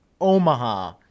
Omaha